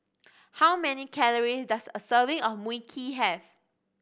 how many calories does a serving of Mui Kee have